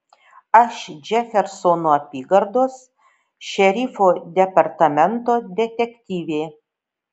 aš džefersono apygardos šerifo departamento detektyvė